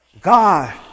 God